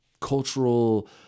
cultural